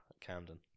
Camden